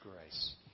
grace